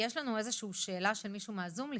יש לנו איזושהי שאלה של מישהו מהזום?